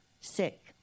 sick